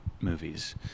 movies